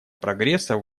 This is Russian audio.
прогресса